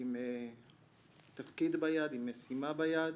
עם תפקיד ביד, עם משימה ביד,